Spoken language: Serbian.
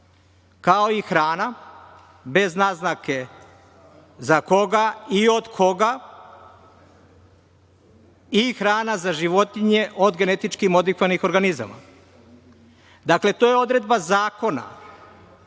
kao i hrana bez naznake za koga i od koga, i hrana za životinje od genetički modifikovanih organizama. Dakle, to je odredba zakona